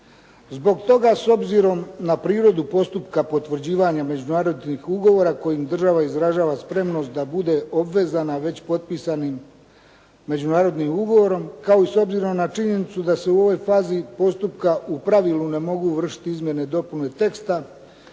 Zbog toga, s obzirom na prirodu postupka potvrđivanja međunarodnih ugovora kojim država izražava spremnost da bude obvezana već potpisanim međunarodnim ugovorom, kao i s obzirom na činjenicu da se u ovoj fazi postupka u pravilu ne mogu vršiti izmjene i dopune teksta,